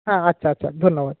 হ্যাঁ আচ্ছা আচ্ছা ধন্যবাদ